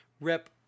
Rep